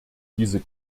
diese